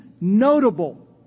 notable